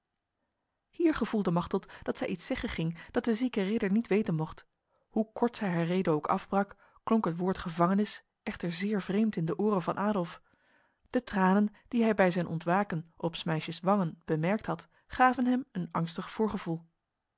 hier gevoelde machteld dat zij iets zeggen ging dat de zieke ridder niet weten mocht hoe kort zij haar rede ook afbrak klonk het woord gevangenis echter zeer vreemd in de oren van adolf de tranen die hij bij zijn ontwaken op s meisjes wangen bemerkt had gaven hem een angstig voorgevoel